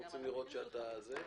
נכון.